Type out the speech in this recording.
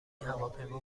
هواپیما